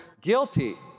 guilty